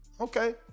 Okay